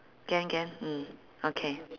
can can mm okay